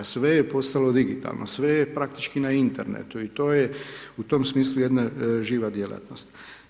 Sve je postalo digitalno, sve je praktično na internetu i to je u tom smislu jedna živa djelatnost.